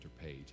page